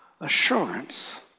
assurance